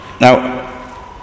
Now